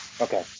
Okay